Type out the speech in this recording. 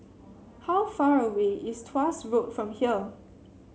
how far away is Tuas Road from here